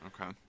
Okay